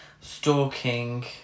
stalking